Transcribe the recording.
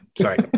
sorry